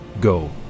Go